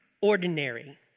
ordinary